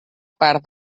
part